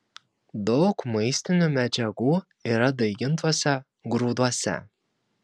daug maistinių medžiagų yra daigintuose grūduose